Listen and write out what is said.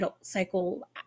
cycle